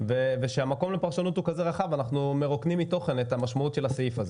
אנחנו מרוקנים מתוכן את המשמעות של הסעיף הזה.